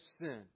sin